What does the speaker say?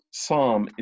psalm